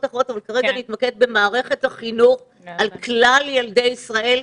אחרות אבל כרגע נתמקד במערכת החינוך על כלל ילדי ישראל.